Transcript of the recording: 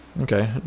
okay